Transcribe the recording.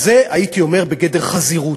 הייתי אומר שהן בגדר חזירות.